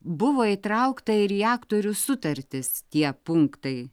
buvo įtraukta ir į aktorių sutartis tie punktai